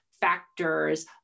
factors